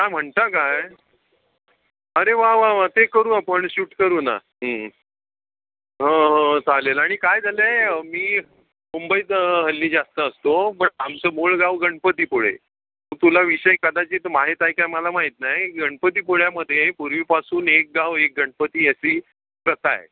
का म्हणता काय अरे वा वा वा ते करू आपण शूट करू ना हो हो चालेल आणि काय झालं आहे मी मुंबईत हल्ली जास्त असतो पण आमचं मूळ गाव गणपतीपुळे तुला विषय कदाचित माहीत आहे काय मला माहीत नाही गणपतीपुळ्यामध्ये पूर्वीपासून एक गाव एक गणपती याची प्रथा आहे